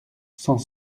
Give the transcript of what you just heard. cent